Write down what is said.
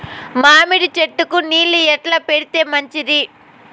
మామిడి చెట్లకు నీళ్లు ఎట్లా పెడితే మంచిది?